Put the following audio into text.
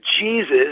Jesus